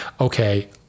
Okay